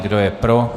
Kdo je pro?